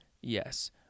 Yes